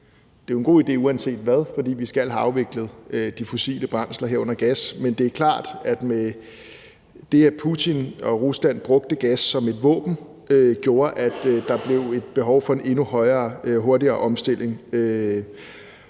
Det er jo en god idé uanset hvad, fordi vi skal have afviklet de fossile brændsler, herunder gas, men det er klart, at det, at Putin og Rusland brugte gas som et våben, gjorde, at der blev et behov for en endnu hurtigere omstilling,